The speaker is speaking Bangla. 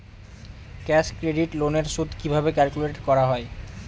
ক্যাশ ক্রেডিট লোন এর সুদ কিভাবে ক্যালকুলেট করা হয়?